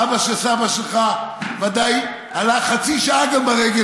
אבא של סבא שלך גם הוא ודאי הלך חצי שעה ברגל